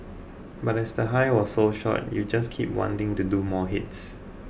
but as the high was so short you just keep wanting to do more hits